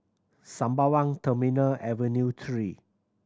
Sembawang Terminal Avenue Three